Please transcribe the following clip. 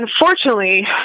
unfortunately